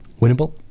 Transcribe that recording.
Winnable